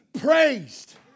praised